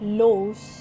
lows